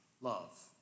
love